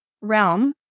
realm